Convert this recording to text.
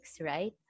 right